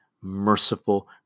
merciful